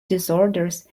disorders